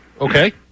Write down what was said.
Okay